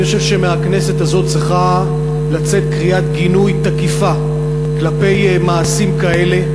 אני חושב שמהכנסת הזאת צריכה לצאת קריאת גינוי תקיפה כלפי מעשים כאלה.